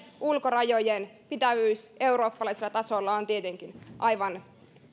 ulkorajojen pitävyys eurooppalaisella tasolla on tietenkin aivan